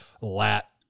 lat